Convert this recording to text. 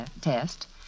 Test